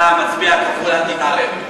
אתה מצביע כפול, אל תתערב.